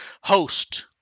host